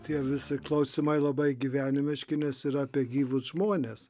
tie visi klausimai labai gyvenimiški nes yra apie gyvus žmones